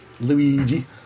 Luigi